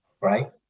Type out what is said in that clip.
right